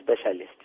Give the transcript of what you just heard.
specialist